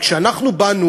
כשאנחנו באנו,